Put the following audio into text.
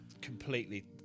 completely